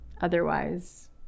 otherwise